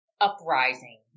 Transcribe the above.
uprising